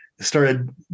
started